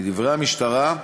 לדברי המשטרה,